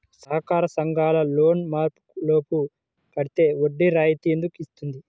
సహకార సంఘాల లోన్ మార్చి లోపు కట్టితే వడ్డీ రాయితీ ఎందుకు ఇస్తుంది?